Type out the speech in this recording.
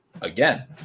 Again